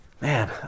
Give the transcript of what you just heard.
man